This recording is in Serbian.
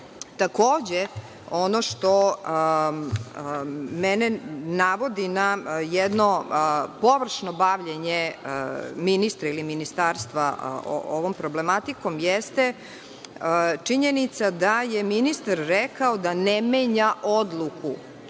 ono što mene navodi na jedno površno bavljenje ministra ili ministarstva ovom problematikom, jeste činjenica da je ministar rekao da ne menja odluku